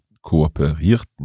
kooperierten